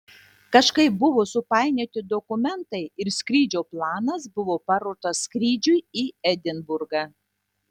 kažkaip buvo supainioti dokumentai ir skrydžio planas buvo paruoštas skrydžiui į edinburgą